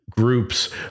groups